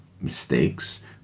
mistakes